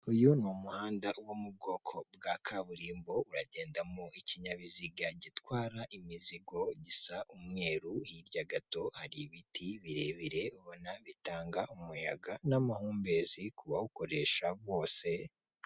Uyu ni umuhanda wo mu bwoko bwa kaburimbo uragendamo ikinyabiziga gitwara imizigo gisa umweru hirya gato hari ibiti birebire ubona bitanga umuyaga n'amahumbezi ku bawukoresha bose.